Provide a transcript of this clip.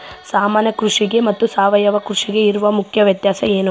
ಸಾಮಾನ್ಯ ಕೃಷಿಗೆ ಮತ್ತೆ ಸಾವಯವ ಕೃಷಿಗೆ ಇರುವ ಮುಖ್ಯ ವ್ಯತ್ಯಾಸ ಏನು?